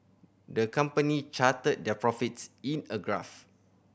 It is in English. the company charted their profits in a graph